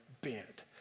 bent